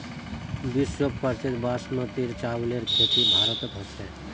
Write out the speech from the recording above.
विश्व प्रसिद्ध बासमतीर चावलेर खेती भारतत ह छेक